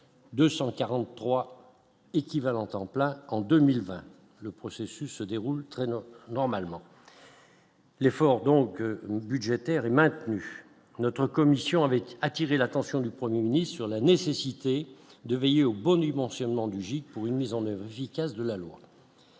243 équivalents temps plein en 2020, le processus se déroule très normalement. L'effort donc budgétaire est maintenu notre commission avec attirer l'attention du. 1er mini-sur la nécessité de veiller au bon mentionnant du pour une mise en oeuvre 15 de la loi.